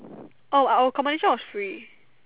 oh our accommodation was free